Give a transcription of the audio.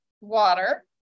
water